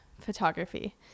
photography